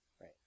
Right